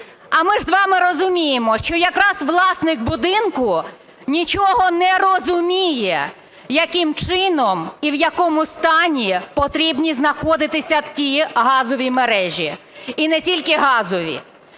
А ми ж з вами розуміємо, що якраз власник будинку нічого не розуміє, яким чином і в якому стані повинні знаходитися ті газові мережі і не тільки газові.